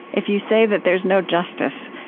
if you say that there's no justice,